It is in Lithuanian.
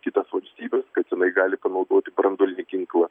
kitas valstybes kad jinai gali panaudoti branduolinį ginklą